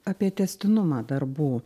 apie tęstinumą darbų